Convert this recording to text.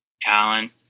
talent